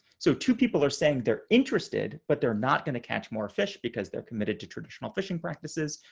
so two people are saying they're interested but they're not going to catch more fish because they're committed to traditional fishing practices.